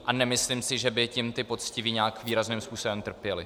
A nemyslím si, že by ti poctiví nějak výrazným způsobem trpěli.